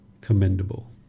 commendable